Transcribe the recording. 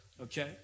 Okay